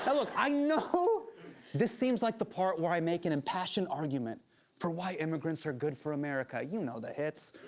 look, i know this seems like the part where i make an impassioned argument for why immigrants are good for america. you know the hits.